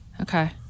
Okay